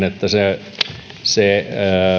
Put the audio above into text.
että se se